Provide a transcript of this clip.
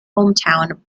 hometown